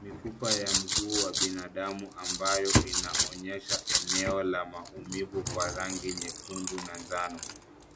Mifupa ya mguu wa binadamu ambayo inaonyesha eneo la maumivu kwa rangi nyekundu na njano.